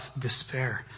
despair